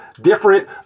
different